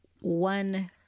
one